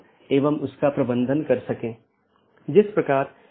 बल्कि कई चीजें हैं